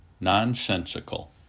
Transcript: nonsensical